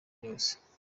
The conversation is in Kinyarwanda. yose